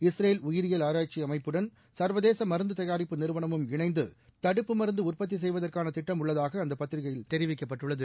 Israel உயிரியல் ஆராய்ச்சி அமைப்புடன் சர்வதேச மருந்து தயாரிப்பு நிறுவனமும் இணைந்து தடுப்பு மருந்து உற்பத்தி செய்வதற்கான திட்டம் உள்ளதாக அந்த பத்திகையில் தெரிவிக்கப்பட்டுள்ளது